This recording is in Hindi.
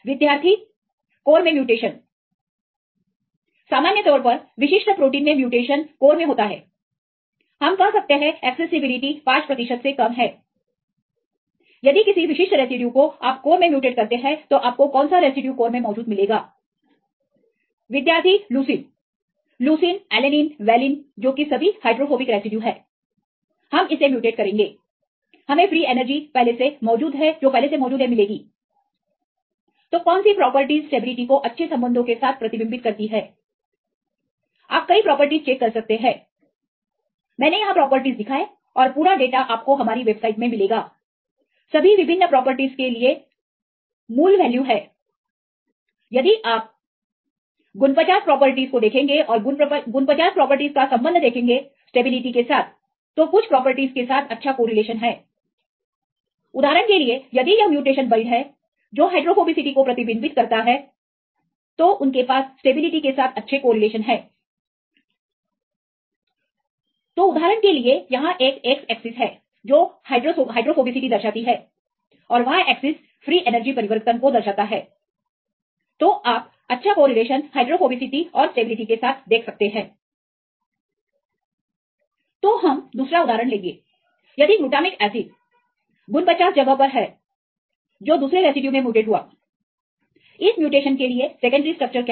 विद्यार्थी कोर में म्यूटेशन सामान्य तौर पर विशिष्ट प्रोटीन में म्यूटेशन कोर में होता है हम कह सकते हैं एक्सेसिबिलिटी 5 प्रतिशत से कम है यदि किसी विशिष्ट रेसिड्यू को आप कोर में म्यूटेट करते हैं तो आपको कौन सा रेसिड्यू कोर में मौजूद मिलेगा विद्यार्थी leucine leucine alanine valine hydrophobic residue हम इसे म्यूटेट करेंगे हमें फ्री एनर्जी जो पहले से मौजूद है मिलेगी तो कौन सी प्रॉपर्टीज स्टेबिलिटी कोअच्छे संबंधों के साथ प्रतिबिंबित करती है आप कई प्रॉपर्टीज चेक कर सकते हैं मैंने यहां प्रॉपर्टीज दिखाएं और पूरा डेटा आपको हमारी वेबसाइट में मिलेगा सभी विभिन्न प्रॉपर्टीज के लिए मूल वैल्यू है यदि आप 49 प्रॉपर्टीज को देखेंगे और 49 प्रॉपर्टीज का संबंध देखेंगे स्टेबिलिटी के साथ कुछ प्रॉपर्टी के साथअच्छा कोरिलेशन है उदाहरण के लिए यदि म्यूटेशन बरीड है जो हाइड्रोफोबिसिटी को प्रतिबिंबित करतीहैं तो उनके पास स्टेबिलिटी के साथ अच्छे कोरिलेशन है तो यहां एक उदाहरण X एक्सेस अलग है हाइड्रोफोबिसिटी में और Y एक्सेस फ्री एनर्जी परिवर्तन है तो आप अच्छा कोरिलेशन हाइड्रोफोबिसिटी का स्टेबिलिटी के साथ देख सकते हैं तो हम दूसरा उदाहरण देखेंगे यदि ग्लूटामिक एसिड 49 जगह पर है जो दूसरे रेसिड्यूज में म्यूटेट हुआ है इस म्युटेंट के लिए सेकेंडरी स्ट्रक्चर क्या है